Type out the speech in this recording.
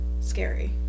scary